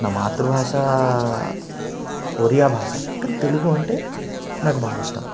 నా మాతృ భాష ఒరియా భాష కానీ తెలుగు అంటే నాకు బాగా ఇష్టం